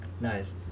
Nice